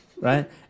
right